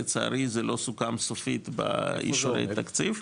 לצערי זה לא סוכם סופית באישור התקציב.